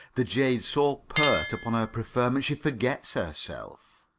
the jade's so pert upon her preferment she forgets herself.